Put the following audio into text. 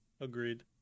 Agreed